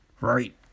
Right